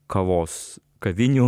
kavos kavinių